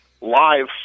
live